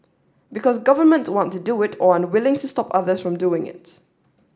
because government want to do it or are unwilling to stop other from doing it